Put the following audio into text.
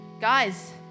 guys